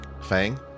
Fang